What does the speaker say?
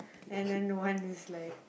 and then one is like